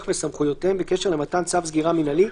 לסמכויותיהם בקשר למתן צו סגירה מנהלי,